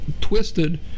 twisted